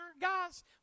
guys